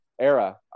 era